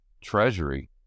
treasury